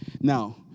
Now